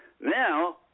Now